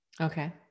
Okay